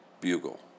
bugle